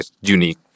unique